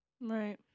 right